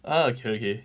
ah okay okay